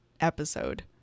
episode